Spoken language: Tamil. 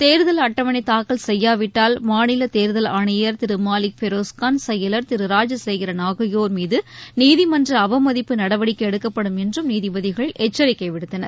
தேர்தல் அட்டவணை தாக்கல் செய்யாவிட்டால் மாநில தேர்தல் ஆணையர் திரு மாலிக் பெரோஸ்கான் செயலர் திரு ராஜசேகரன் ஆகியோர் மீது நீதிமன்ற அவமதிப்பு நடவடிக்கை எடுக்கப்படும் என்றும் நீதிபதிகள் எச்சரிக்கை விடுத்தனர்